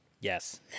yes